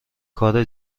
کار